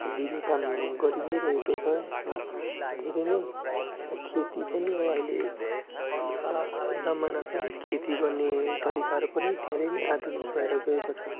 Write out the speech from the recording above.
दिने काम गरि नै रहेको छ यसमा धेरै नै खेती पनि हो अहिले जमानासँग खेती गर्ने तरिकाहरू पनि धेरै नै आधुनिक भएर गएको छन्